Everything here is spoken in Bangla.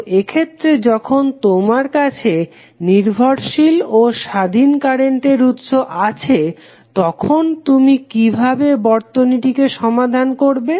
তো এক্ষেত্রে যখন তোমার কাছে নির্ভরশীল ও স্বাধীন কারেন্টের উৎস আছে তখন তুমি কিভাবে বর্তনীটিকে সমাধান করবে